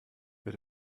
wird